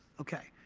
ok,